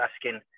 asking